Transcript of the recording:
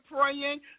praying